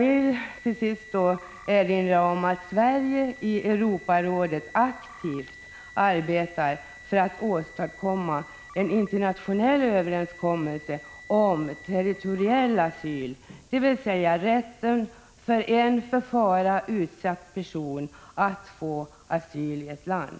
Till sist vill jag erinra om att Sverige i Europarådet aktivt arbetar för att åstadkomma en internationell överenskommelse om territoriell asyl, dvs. rätten för en för fara utsatt person att få asyl i ett land.